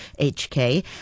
HK